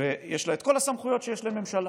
ושיש לה את כל הסמכויות שיש לממשלה,